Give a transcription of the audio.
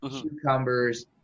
cucumbers